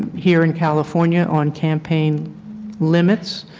here in california on campaign limits.